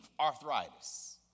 arthritis